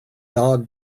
dog